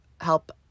help